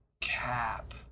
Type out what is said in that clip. Cap